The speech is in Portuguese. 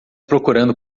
procurando